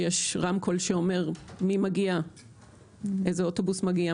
שיש רמקול שאומר איזה אוטובוס מגיע,